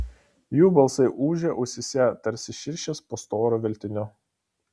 jų balsai ūžė ausyse tarsi širšės po storu veltiniu